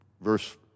verse